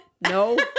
no